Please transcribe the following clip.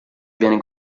viene